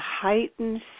heightened